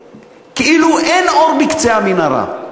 שכאילו אין אור בקצה המנהרה.